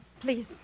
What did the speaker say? Please